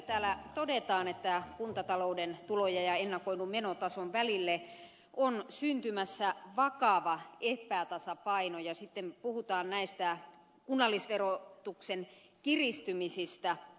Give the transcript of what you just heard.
täällä todetaan että kuntatalouden tulojen ja ennakoidun menotason välille on syntymässä vakava epätasapaino ja sitten puhutaan näistä kunnallisverotuksen kiristymisistä